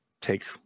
take